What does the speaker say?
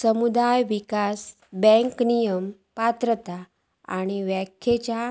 समुदाय विकास बँक नियम, पात्रता आणि व्याख्येच्या